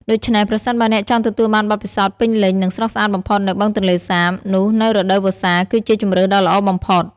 ដូច្នេះ ប្រសិនបើអ្នកចង់ទទួលបានបទពិសោធន៍ពេញលេញ និងស្រស់ស្អាតបំផុតនៅបឹងទន្លេសាប នោះនៅរដូវវស្សាគឺជាជម្រើសដ៏ល្អបំផុត។